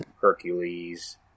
Hercules